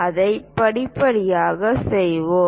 அதை படிப்படியாக செய்வோம்